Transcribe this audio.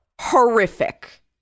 Horrific